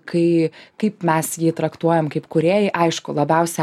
kai kaip mes jį traktuojam kaip kūrėjai aišku labiausia